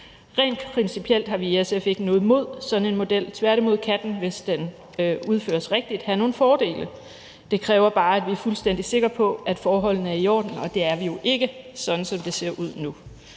Rent principielt har vi i SF ikke noget imod sådan en model – tværtimod kan den, hvis den udføres rigtigt, have nogle fordele. Det kræver bare, at vi er fuldstændig sikre på, at forholdene er i orden, og det er vi jo ikke, sådan som det ser ud nu.